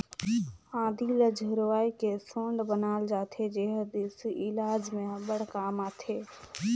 आदी ल झुरवाए के सोंठ बनाल जाथे जेहर देसी इलाज में अब्बड़ काम आथे